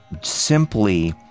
simply